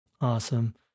Awesome